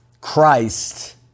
Christ